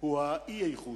הוא האי-איכות.